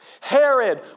Herod